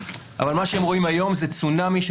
אבל מה שהם רואים היום זה צונאמי של